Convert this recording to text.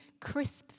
crisp